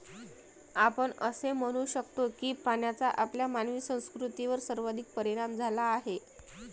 आपण असे म्हणू शकतो की पाण्याचा आपल्या मानवी संस्कृतीवर सर्वाधिक परिणाम झाला आहे